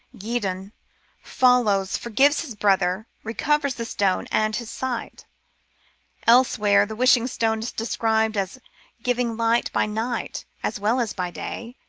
gedon follows, forgives his brother, recovers the stone and his sight elsewhere the wishing-stone is described as giv ing light by night as well as by day,